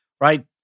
right